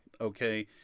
okay